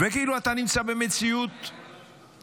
וכאילו אתה נמצא במציאות דמיונית,